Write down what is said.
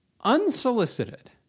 unsolicited